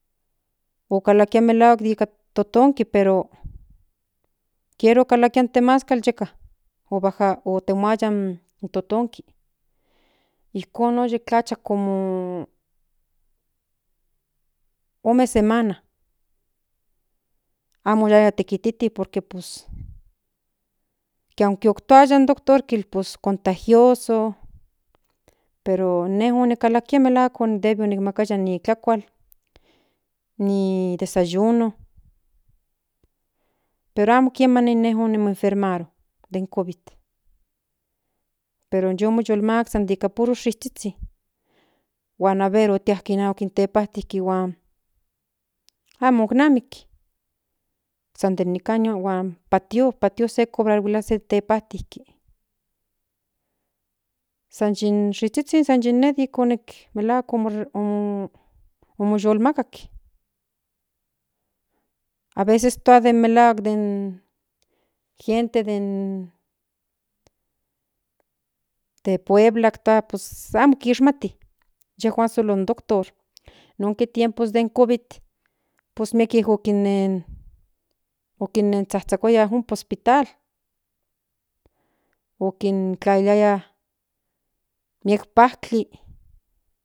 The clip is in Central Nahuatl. Okilakiaya nika totonki pero kiera okinmataya in temaskal yeka otemuaya in totonki ijko oye ye tlacha como ome semana amo oyiya tekititi por que pus ke aunque otoaya in doctor pues contagiosa ero ine onikalakia melahuak debe okinmakaya in tlakual ni desayuno pero amo kiema ine monenfermaro de covid pero yoo no mas san nikan puro suizhizhuin huan aver oyiajke inahuak in tepajtintin huan amo amo iknamik san nikan patio se cobreruase tepajtintin san yin zizhizhin san yi non melahuak oyenhuemakak aveces tua den melahuak den de puebla tua puea amo kishmati inyejuan solo in doctor nonke tiempo de covis pues mieke onen kinenzhakuaya ompa in hospital okintlaliliaya miek pajtli.